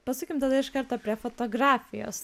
pasukim tada iš karto prie fotografijos